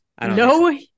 No